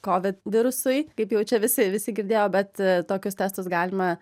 kovid virusui kaip jau čia visi visi girdėjo bet tokius testus galima